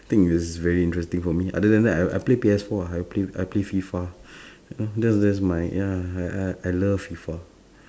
think it's very interesting for me other than that I I play P_S four I play I play FIFA you know that that's my ya I I love FIFA